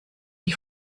die